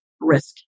risk